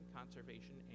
conservation